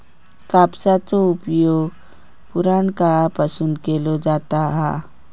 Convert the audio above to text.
कापसाचो उपयोग पुराणकाळापासून केलो जाता हा